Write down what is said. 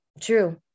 True